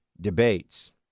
debates